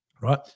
right